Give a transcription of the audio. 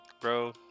Bro